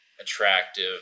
attractive